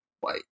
white